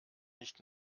nicht